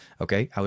okay